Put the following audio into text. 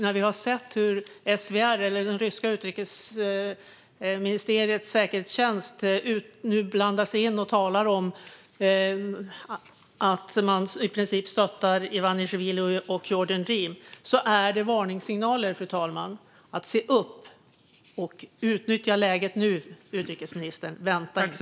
När vi har sett hur SVR, det ryska utrikesministeriets säkerhetstjänst, nu blandar sig i och talar om att man i princip stöttar Ivanisjvili och Georgian Dream är det varningssignaler, fru talman. Se upp och utnyttja läget nu, utrikesministern! Vänta inte!